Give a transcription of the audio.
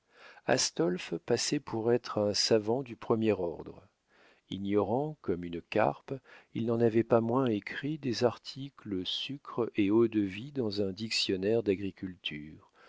astolphe passait pour être un savant du premier ordre ignorant comme une carpe il n'en avait pas moins écrit les articles sucre et eau-de-vie dans un dictionnaire d'agriculture